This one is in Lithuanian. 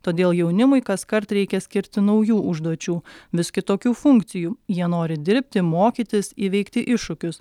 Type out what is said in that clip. todėl jaunimui kaskart reikia skirti naujų užduočių vis kitokių funkcijų jie nori dirbti mokytis įveikti iššūkius